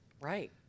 Right